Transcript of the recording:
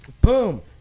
boom